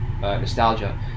nostalgia